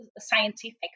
scientific